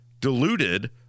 diluted